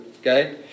Okay